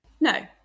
No